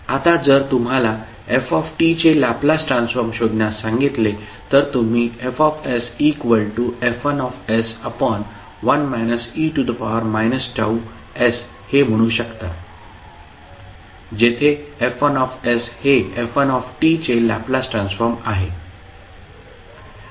आता जर तुम्हाला ft चे लॅपलास ट्रान्सफॉर्म शोधण्यास सांगितले तर तुम्ही FsF11 e Ts हे म्हणू शकता जेथे F1 हे f1 चे लॅपलास ट्रान्सफॉर्म आहे